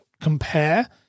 compare